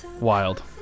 Wild